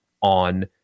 on